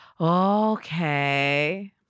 Okay